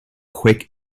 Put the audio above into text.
quick